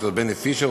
ד"ר בני פישר,